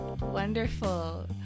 Wonderful